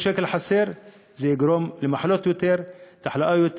כל שקל חסר יגרום ליותר מחלות וליותר תחלואה,